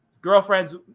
girlfriends